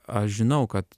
aš žinau kad